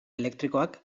elektrikoak